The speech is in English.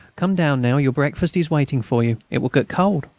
come down now your breakfast is waiting for you. it will get cold.